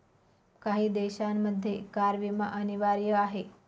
काही देशांमध्ये कार विमा अनिवार्य आहे